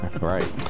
Right